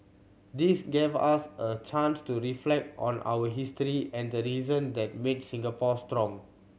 this gave us a chance to reflect on our history and the reason that made Singapore strong